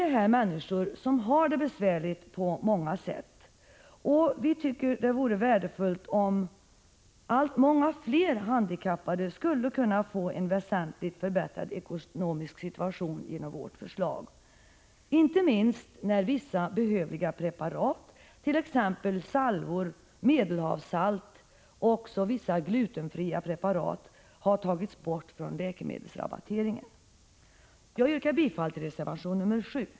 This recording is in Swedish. Det här är människor som har det besvärligt på många sätt, och det vore värdefullt om fler handikappade kunde få en väsentligt förbättrad ekonomisk situation genom vårt förslag — det är inte minst behövligt när många preparat, t.ex. salvor, medelhavssalt och vissa glutenfria preparat, har tagits bort från läkemedelsrabatteringen. Jag yrkar bifall till reservation nr 7.